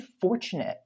fortunate